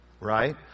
right